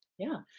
yeah,